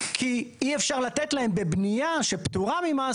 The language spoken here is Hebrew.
כי אי אפשר לתת להם בבנייה שפטורה ממס,